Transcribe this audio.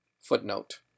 Footnote